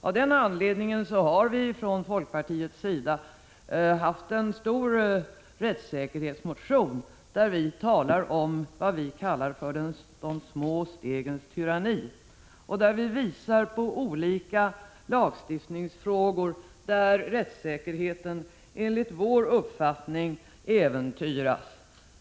Av den anledningen har folkpartiet väckt en stor rättssäkerhetsmotion, där vi talar om något som vi kallar ”de små stegens tyranni”. Vi visar på olika lagstiftningsfrågor där rättssäkerheten enligt vår uppfattning äventyras.